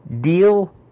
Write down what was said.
deal